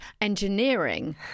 engineering